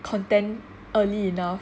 content early enough